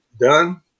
done